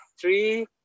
three